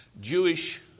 Jewish